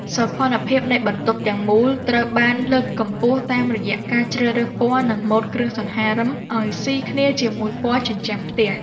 សោភ័ណភាពនៃបន្ទប់ទាំងមូលត្រូវបានលើកកម្ពស់តាមរយៈការជ្រើសរើសពណ៌និងម៉ូដគ្រឿងសង្ហារិមឱ្យស៊ីគ្នាជាមួយពណ៌ជញ្ជាំងផ្ទះ។